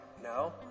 No